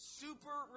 super